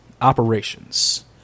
operations